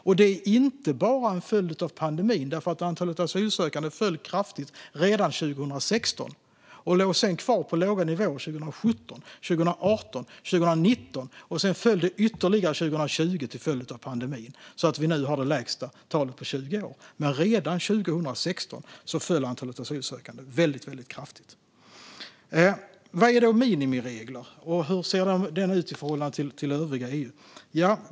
Och det är inte bara en följd av pandemin, för antalet asylsökande föll kraftigt redan 2016. Det låg sedan kvar på låga nivåer 2017, 2018 och 2019. Sedan föll det ytterligare 2020 till följd av pandemin så att vi nu har det lägsta antalet på 20 år. Men redan 2016 föll antalet asylsökande väldigt kraftigt. Vad är då minimiregler, och hur ser Sveriges regler ut i förhållande till övriga EU?